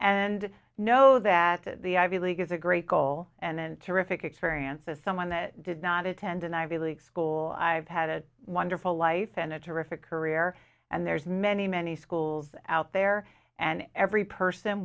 and know that the ivy league is a great goal and terrific experience as someone that did not attend an ivy league school i've had a wonderful life and a terrific career and there's many many schools out there and every person